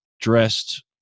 dressed